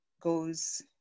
goes